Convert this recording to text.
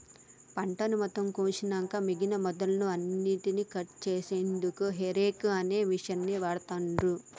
పంటను మొత్తం కోషినంక మిగినన మొదళ్ళు అన్నికట్ చేశెన్దుకు హేరేక్ అనే మిషిన్ని వాడుతాన్రు